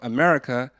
America